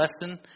lesson